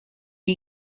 you